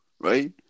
right